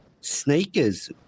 Sneakers